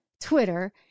Twitter